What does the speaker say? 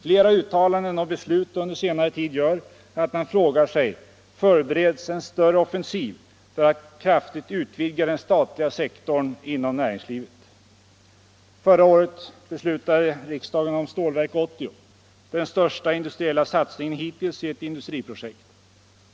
Flera uttalanden och beslut under senare tid gör att man frågar sig: Förbereds en större offensiv för att kraftigt utvidga den statliga sektorn inom näringslivet? Förra året beslutade riksdagen om Stålverk 80, den största industriella satsningen hittills i ett industriprojekt.